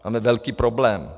Máme velký problém.